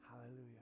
Hallelujah